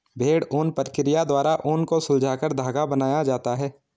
भेड़ ऊन प्रक्रिया द्वारा ऊन को सुलझाकर धागा बनाया जाता है